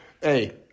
hey